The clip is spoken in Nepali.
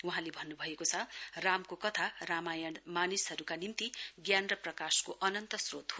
वहाँले भन्न् भएको छ रामको कता रामायण मानिसहरूका निम्ति जान र प्रकाशको अनन्त स्रोत हो